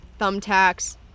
thumbtacks